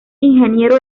ingeniero